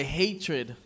hatred